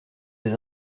des